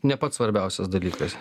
ne pats svarbiausias dalykas